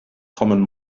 common